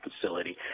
facility